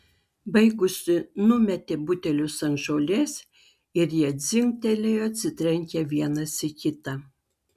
baigusi numetė butelius ant žolės ir jie dzingtelėjo atsitrenkę vienas į kitą